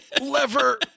lever